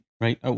Right